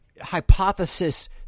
hypothesis